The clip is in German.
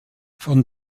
von